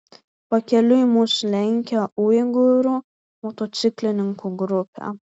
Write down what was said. pakeliui mus lenkė uigūrų motociklininkų grupė